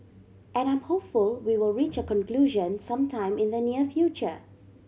and I'm hopeful we will reach a conclusion some time in the near future